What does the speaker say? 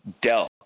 Dell